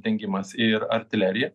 dengimas ir artilerija